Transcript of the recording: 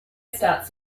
starts